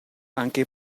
anche